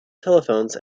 telephones